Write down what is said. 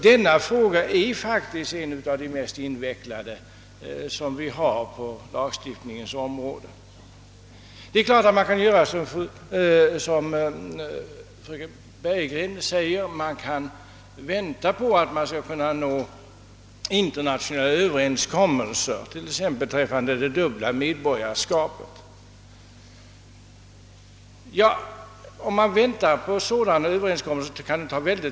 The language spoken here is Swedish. — Denna fråga är faktiskt en av de mest invecklade som vi har på lagstiftningens område. Det är klart att man kan göra som fröken Bergegren rekommenderar: vänta tills man träffat internationella överenskommelser, t.ex. beträffande det dubbla medborgarskapet. Men om man väntar på att nå sådana överenskommelser kan man få vänta länge.